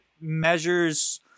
measures